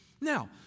Now